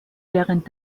während